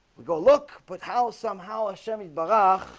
we go look put how somehow a chemise baba